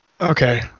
Okay